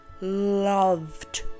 loved